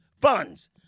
funds